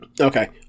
Okay